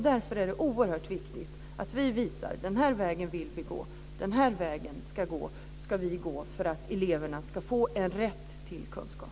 Därför är det oerhört viktigt att vi visar: Den här vägen vill vi gå. Den här vägen ska vi gå för att eleverna ska få rätt till kunskap.